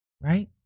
right